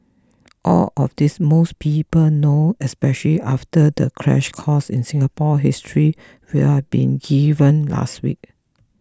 all of this most people know especially after the crash course in Singapore history we've been given last week